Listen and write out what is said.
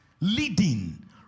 leading